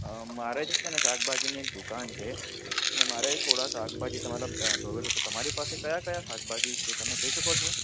મારે છે ને શાકભાજીની એક દુકાન છે અને મારે થોડાં શાકભાજી તમારા જોવે છે તો તમારી પાસે કયાં કયાં શાકભાજી છે તમે કહી શકો છો